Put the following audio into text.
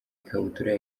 ikabutura